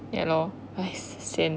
ya lor sian